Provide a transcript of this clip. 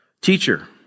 Teacher